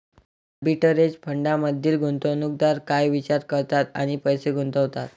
Arbitrage फंडांमधील गुंतवणूकदार काय विचार करतात आणि पैसे गुंतवतात?